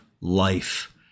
life